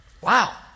wow